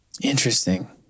Interesting